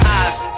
eyes